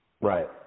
Right